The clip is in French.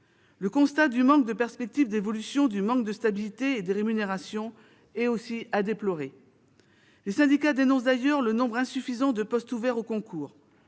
Le constat du manque de perspectives d'évolution, du manque de stabilité et des rémunérations est à déplorer. Les syndicats dénoncent d'ailleurs le nombre insuffisant de postes ouverts aux concours.